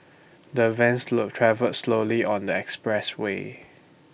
the van travel slowly on the expressway